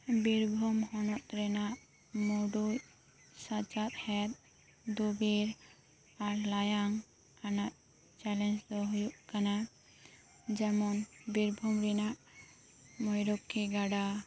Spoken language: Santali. ᱵᱤᱨᱵᱷᱩᱢ ᱦᱚᱱᱚᱛ ᱨᱮᱱᱟᱜ ᱢᱩᱲᱩᱫ ᱥᱟᱪᱟᱨᱦᱮᱫ ᱫᱩᱜᱮ ᱟᱨ ᱞᱟᱭᱚᱝ ᱟᱱᱟᱜ ᱪᱮᱞᱮᱧᱡᱽ ᱫᱚ ᱦᱩᱭᱩᱜ ᱠᱟᱱᱟ ᱡᱮᱢᱚᱱ ᱵᱤᱨᱵᱷᱩᱢ ᱨᱮᱱᱟᱜ ᱢᱚᱭᱩᱨᱟᱠᱠᱷᱤ ᱜᱟᱰᱟ